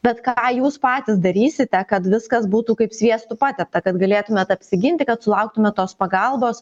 bet ką jūs patys darysite kad viskas būtų kaip sviestu patepta kad galėtumėt apsiginti kad sulauktume tos pagalbos